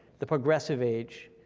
the progressive age,